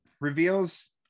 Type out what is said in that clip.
Reveals